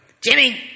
Jimmy